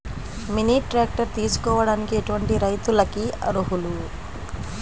Mini tractor తీసుకోవడానికి ఎటువంటి రైతులకి అర్హులు?